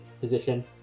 position